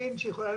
יקבע.